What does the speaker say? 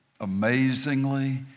amazingly